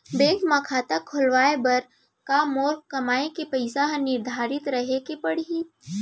Bank म खाता खुलवाये बर का मोर कमाई के पइसा ह निर्धारित रहे के पड़ही?